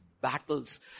battles